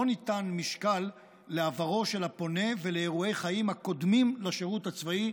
לא ניתן משקל לעברו של הפונה ולאירועי חיים הקודמים לשירות הצבאי,